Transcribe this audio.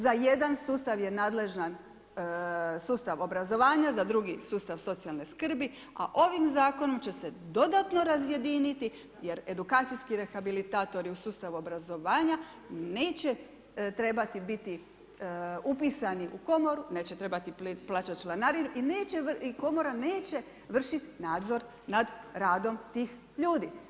Za jedan sustav je nadležan sustav obrazovanja, za drugi sustav socijalne skrbi, a ovim zakonom će se dodatno razjediniti jer edukacijski rehabilitatori u sustavu obrazovanja neće trebati biti upisani u komoru, neće trebati plaćati članarinu i komora neće vršiti nadzor nad radom tih ljudi.